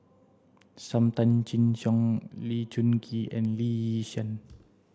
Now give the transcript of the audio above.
Sam Tan Chin Siong Lee Choon Kee and Lee Yi Shyan